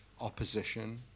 opposition